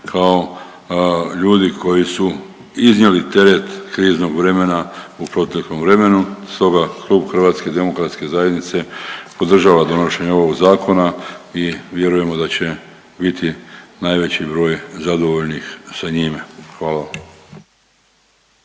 kao ljudi koji su iznijeli teret kriznog vremena u proteklom vremenu. Stoga Klub HDZ-a podržava donošenje ovog zakona i vjerujemo da će biti najveći broj zadovoljnih sa njime, hvala